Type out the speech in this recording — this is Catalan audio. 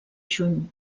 juny